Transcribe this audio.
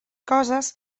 coses